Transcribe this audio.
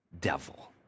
devil